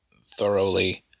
thoroughly